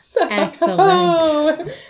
Excellent